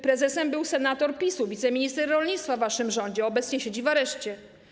Prezesem był senator PiS-u, wiceminister rolnictwa w waszym rządzie, który obecnie siedzi w areszcie.